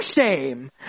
shame